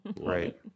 Right